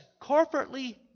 Corporately